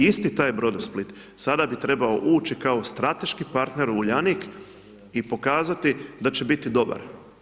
Isti taj Brodosplit, sada bi trebao ući kao strateški partner u Uljanik i pokazati da će biti dobar.